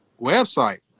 website